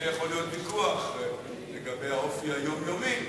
יכול להיות ויכוח לגבי האופי היומיומי,